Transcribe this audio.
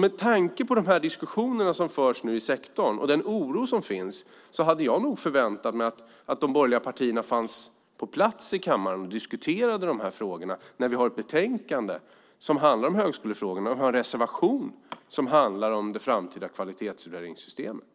Med tanke på de diskussioner som nu förs i sektorn och den oro som finns hade jag nog förväntat mig att de borgerliga partierna fanns på plats i kammaren och diskuterade de här frågorna när vi har ett betänkande som handlar om högskolefrågorna och det finns en reservation som handlar om det framtida kvalitetsutvärderingssystemet.